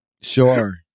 Sure